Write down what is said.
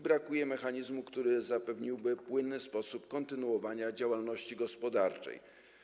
Brakuje mechanizmu, który zapewniłby płynny sposób kontynuowania działalności gospodarczej.